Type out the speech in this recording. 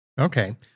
Okay